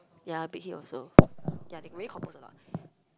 ya Big-Hit also ya they really compose a lot